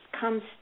comes